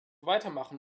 weitermachen